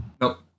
Nope